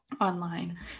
online